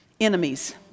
enemies